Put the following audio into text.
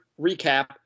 recap